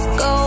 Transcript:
go